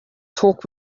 talk